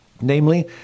Namely